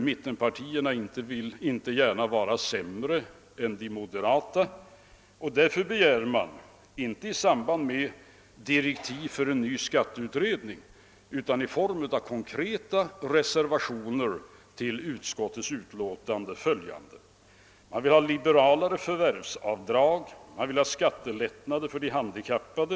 Mittenpartierna vill ju inte gärna vara sämre än de moderata. Därför ställer man, inte i samband med direktiven för en ny skatteutredning utan i form av konkreta förslag och reservationer till utskottets utlåtande, följande krav. Man vill ha liberalare förvärvsavdrag och vidare skattelättnader för de handikappade.